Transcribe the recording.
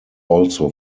also